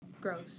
Gross